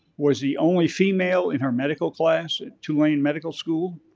was the only female in her medical class at tulane medical school.